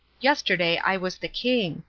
yesterday i was the king,